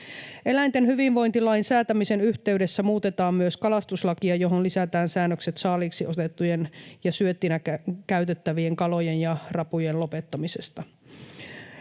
Eläinten hyvinvointilain säätämisen yhteydessä muutetaan myös kalastuslakia, johon lisätään säännökset saaliiksi otettujen ja syöttinä käytettävien kalojen ja rapujen lopettamisesta.